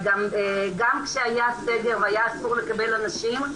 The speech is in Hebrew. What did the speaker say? גם כשהיה סגר והיה אסור לקבל אנשים,